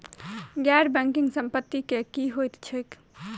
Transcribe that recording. गैर बैंकिंग संपति की होइत छैक?